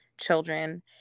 children